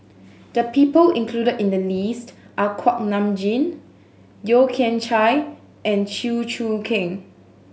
the people included in the list are Kuak Nam Jin Yeo Kian Chai and Chew Choo Keng